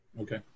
Okay